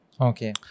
Okay